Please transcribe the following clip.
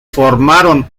formaron